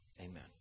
amen